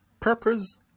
Purpose